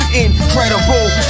incredible